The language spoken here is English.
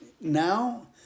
now